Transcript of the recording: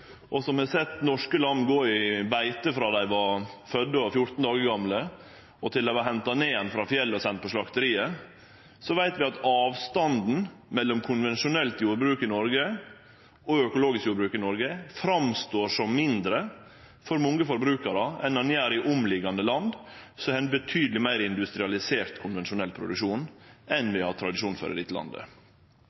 og som har sett norske lam gå i beite frå dei var fødde og fjorten dagar gamle til dei vart henta ned igjen frå fjellet og sende på slakteriet – så veit vi at avstanden mellom konvensjonelt jordbruk og økologisk jordbruk i Noreg framstår som mindre for mange forbrukarar enn han gjer i omliggjande land, som har ein betydeleg meir industrialisert konvensjonell produksjon enn vi har tradisjon for i dette landet.